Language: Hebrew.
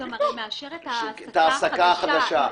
הוא גם מאשר את ההעסקה החדשה.